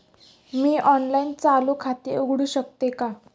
मी online चालू खाते उघडू शकते का?